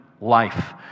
life